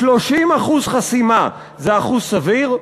30% חסימה זה אחוז סביר?